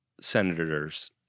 senators